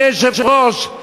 אדוני היושב-ראש,